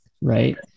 right